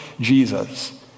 Jesus